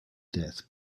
death